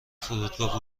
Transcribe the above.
فرودگاه